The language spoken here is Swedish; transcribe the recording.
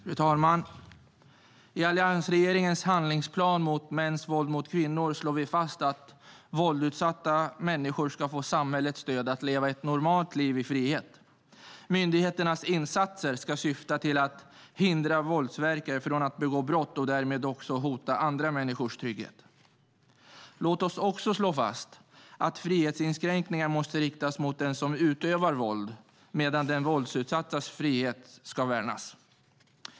Fru talman! I alliansregeringens handlingsplan mot mäns våld mot kvinnor slår vi fast att våldsutsatta människor ska få samhällets stöd att leva ett normalt liv i frihet. Myndigheternas insatser ska syfta till att hindra våldsverkare från att begå brott och därmed hota andra människors trygghet. Låt oss också slå fast att frihetsinskränkningar måste riktas mot den som utövar våld, medan den våldsutsattas frihet ska värnas.